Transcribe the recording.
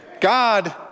God